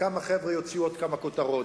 וכמה חבר'ה יוציאו עוד כמה כותרות.